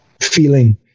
feeling